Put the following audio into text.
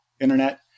internet